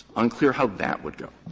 unclear how that would go.